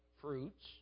fruits